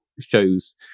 shows